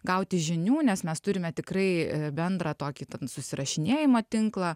gauti žinių nes mes turime tikrai bendrą tokį ten susirašinėjimo tinklą